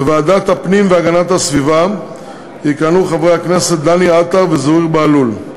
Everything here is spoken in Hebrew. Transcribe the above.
בוועדת הפנים והגנת הסביבה יכהנו חברי הכנסת דניאל עטר וזוהיר בהלול,